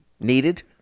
needed